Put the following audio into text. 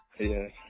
Yes